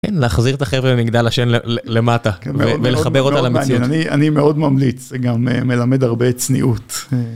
כן, להחזיר את החבר'ה ממגדל השן למטה ולחבר אותה למציאות. -אני מאוד ממליץ, זה גם מלמד הרבה צניעות.